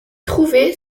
trouvée